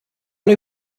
lui